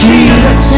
Jesus